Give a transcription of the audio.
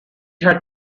had